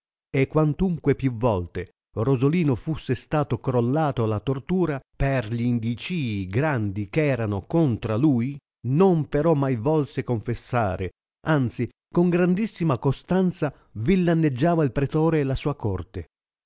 e quantunque più volte rosolino fusse stato crollato alla tortura per gli iiidicii grandi eh erano contra lui non però mai volse confessare anzi con grandissima costanza villaneggiava il pretore e la sua corte